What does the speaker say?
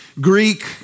Greek